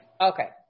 Okay